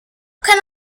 can